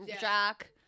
Jack